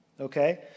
Okay